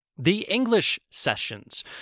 TheEnglishSessions